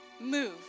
move